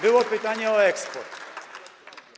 Było pytanie o eksport.